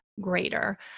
greater